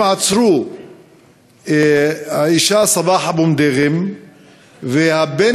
והם עצרו את האישה סבאח אבו מדירם ואת הבן